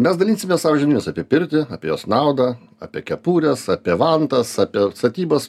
mes dalinsimės savo žiniomis apie pirtį apie jos naudą apie kepures apie vantas apie statybos